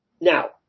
now